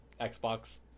Xbox